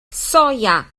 soia